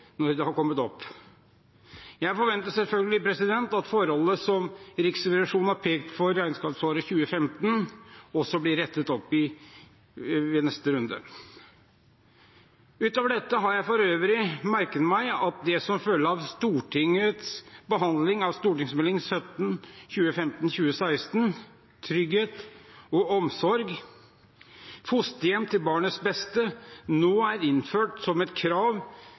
når de har kommet opp. Jeg forventer selvfølgelig at forholdene som Riksrevisjonen har pekt på for regnskapsåret 2015, også blir rettet opp i ved neste runde. Utover dette har jeg for øvrig merket meg at det som følge av Stortingets behandling av Meld. St. 17 2015–2016 – Trygghet og omsorg – Fosterhjem til barns beste – nå er innført som et krav